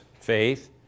faith